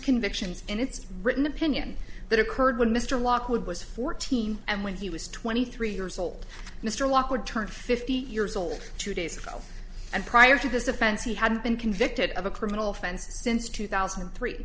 convictions and it's written opinion that occurred when mr lockwood was fourteen and when he was twenty three years old mr lockwood turned fifty years old two days ago and prior to this offense he had been convicted of a criminal offense since two thousand three